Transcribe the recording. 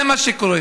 זה מה שקורה.